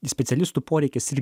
ne specialistų poreikis ir